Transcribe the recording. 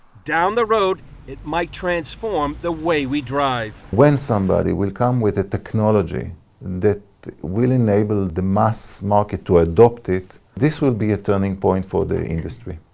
down the road it might transform the way we drive. when somebody will come with the technology that will enable the mass market to adopt it, this will be a turning point for the industry.